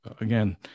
again